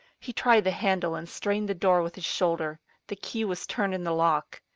he tried the handle, and strained the door with his shoulder the key was turned in the lock.